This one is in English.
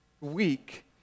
Weak